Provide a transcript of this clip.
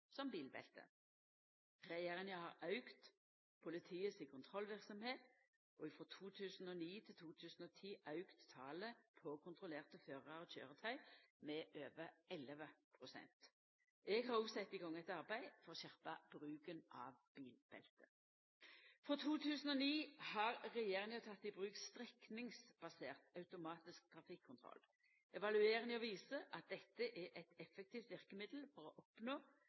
som bilbelte. Regjeringa har auka politiet si kontrollverksemd, og frå 2009 til 2010 auka talet på kontrollerte førarar og køyretøy med over 11 pst. Eg har òg sett i gong eit arbeid for å skjerpa bruken av bilbelte. Frå 2009 har regjeringa teke i bruk strekningsbasert automatisk trafikkontroll. Evalueringa viser at dette er eit effektivt verkemiddel for å oppnå